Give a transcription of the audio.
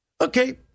Okay